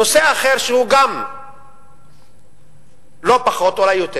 נושא אחר שהוא לא פחות, אולי יותר,